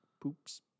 Poops